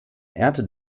ehrte